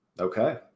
Okay